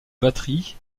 batteries